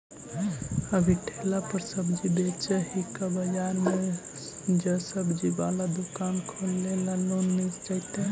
अभी ठेला पर सब्जी बेच ही का बाजार में ज्सबजी बाला दुकान खोले ल लोन मिल जईतै?